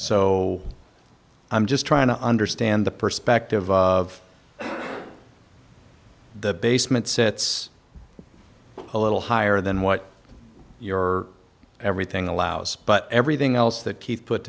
so i'm just trying to understand the perspective of the basement sets a little higher than what your everything allows but everything else that keith put